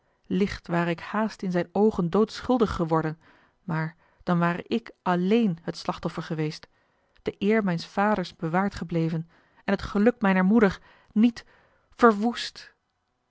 licht ware ik haast in zijne oogen doodschuldig geworden maar dan ware ik alléén het slachtoffer geweest de eer mijns vaders bewaard gebleven en het geluk mijner moeder niet verwoest